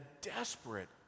desperate